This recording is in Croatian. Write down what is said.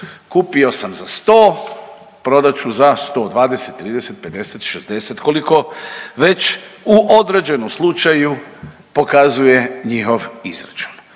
kupio sam za 100 prodat ću za 120, 30, 50, 60 koliko već u određenom slučaju pokazuje njihov izračun.